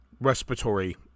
respiratory